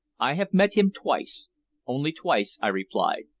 i have met him twice only twice, i replied,